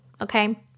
Okay